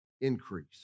increase